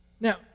Now